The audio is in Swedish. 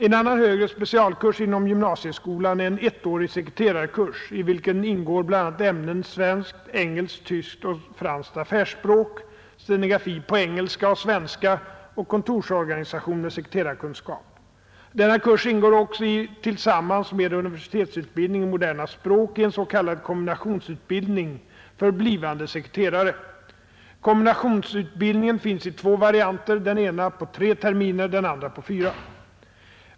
En annan högre specialkurs inom gymnasieskolan är en ettårig sekreterarkurs i vilken ingår bl.a. ämnena svenskt, engelskt, tyskt och franskt affärsspråk, stenografi på engelska och svenska och kontorsorganisation med sekreterarkunskap. Denna kurs ingår också tillsammans med universitetsutbildning i moderna språk i en s.k. kombinationsutbildning för blivande sekretetare. Kombinationsutbildningen finns i två varianter, den ena på tre terminer, den andra på fyra.